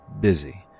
busy